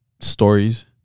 stories